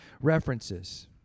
references